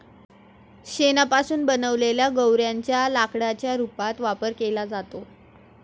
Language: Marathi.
शेणापासून बनवलेल्या गौर्यांच्या लाकडाच्या रूपात वापर केला जातो